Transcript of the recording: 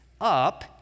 up